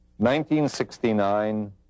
1969